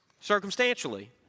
circumstantially